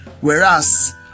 whereas